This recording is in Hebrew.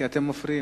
כי אתם מפריעים.